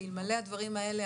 כי אלמלא הדברים האלה,